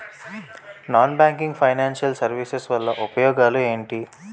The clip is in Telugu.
నాన్ బ్యాంకింగ్ ఫైనాన్షియల్ సర్వీసెస్ వల్ల ఉపయోగాలు ఎంటి?